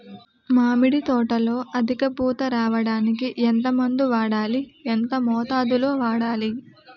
మామిడి తోటలో అధిక పూత రావడానికి ఎంత మందు వాడాలి? ఎంత మోతాదు లో వాడాలి?